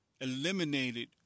eliminated